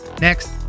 Next